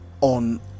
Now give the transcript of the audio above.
on